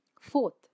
Fourth